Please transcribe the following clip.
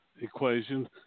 Equation